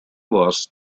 was